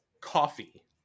coffee